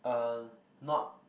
uh not